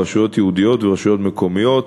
רשויות ייעודיות ורשויות מקומיות,